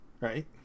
Right